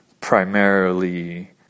primarily